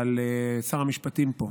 אבל שר המשפטים פה,